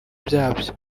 byabyo